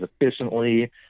efficiently